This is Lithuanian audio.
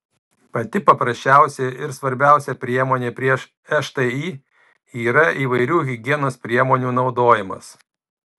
pati paprasčiausia ir svarbiausia priemonė prieš šti yra įvairių higienos priemonių naudojimas